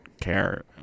care